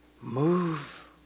Move